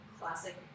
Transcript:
classic